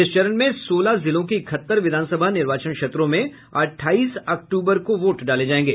इस चरण में सोलह जिलों के इकहत्तर विधानसभा निर्वाचन क्षेत्रों में अठाईस अक्टूबर को वोट डाले जाएंगे